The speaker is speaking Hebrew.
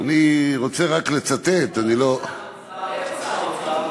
אני רוצה רק לצטט, אני לא, איפה שר האוצר?